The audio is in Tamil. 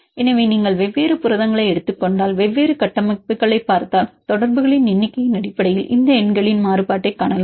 எனவே நீங்கள் வெவ்வேறு புரதங்களை எடுத்துக் கொண்டால் வெவ்வேறு கட்டமைப்புகளைப் பார்த்தால் தொடர்புகளின் எண்ணிக்கையின் அடிப்படையில் இந்த எண்களின் மாறுபாட்டைக் காணலாம்